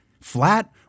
flat